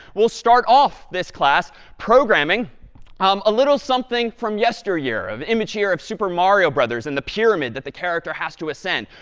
we'll start off this class programming um a little something from yesteryear. an image here of super mario brothers and the pyramid that the character has to ascend.